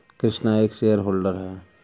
कृष्णा एक share holder है